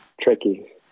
tricky